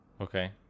okay